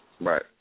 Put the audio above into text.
Right